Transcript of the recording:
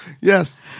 Yes